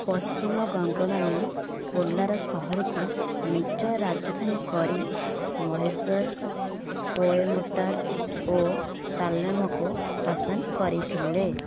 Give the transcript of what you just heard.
ପଶ୍ଚିମ ଗଙ୍ଗମାନେ କୋଲାର ସହରକୁ ନିଜ ରାଜଧାନୀ କରି ମହୀଶୂର କୋଏମ୍ବାଟୁର ଓ ସାଲେମକୁ ଶାସନ କରିଥିଲେ